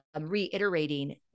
reiterating